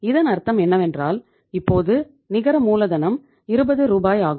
இதன் அர்த்தம் என்னவென்றால் இப்போது நிகர மூலதனம் 20 ரூபாய் ஆகும்